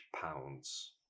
pounds